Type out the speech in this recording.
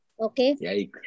Okay